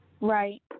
Right